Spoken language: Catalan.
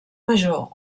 major